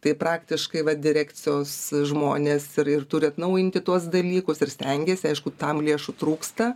tai praktiškai vat direkcijos žmonės ir ir turi atnaujinti tuos dalykus ir stengiasi aišku tam lėšų trūksta